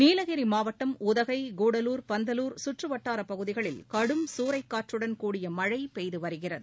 நீலகிரிமாவட்டம் உதகை கூடலூர் பந்தலூர் சுற்றுவட்டாரப்பகுதிகளில் கடும் சூறைக்காற்றுடன் கூடிய மழைபெய்துவருகிறது